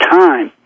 time